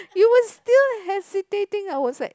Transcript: you were still hesitating I was like